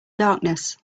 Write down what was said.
darkness